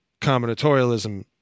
combinatorialism